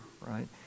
right